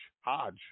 Hodge